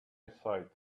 aside